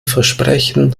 versprechen